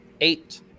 eight